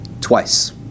twice